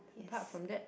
yes